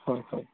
হয় হয়